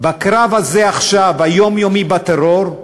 בקרב הזה עכשיו, היומיומי, בטרור,